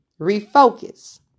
refocus